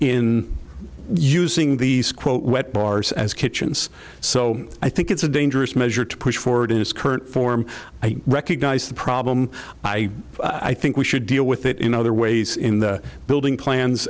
in using these quote bars as kitchens so i think it's a dangerous measure to push forward in its current form i recognize the problem i i think we should deal with it in other ways in the building plans